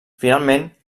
finalment